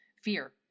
Fear